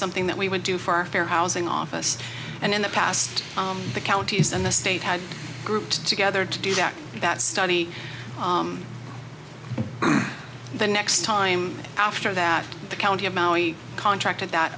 something that we would do for our fair housing office and in the past the counties and the state had grouped together to do that and that study the next time after that the county about we contracted that